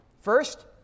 First